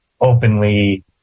openly